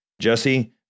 Jesse